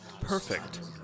Perfect